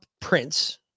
prince